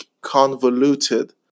convoluted